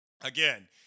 again